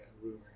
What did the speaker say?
rumor